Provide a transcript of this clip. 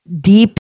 deep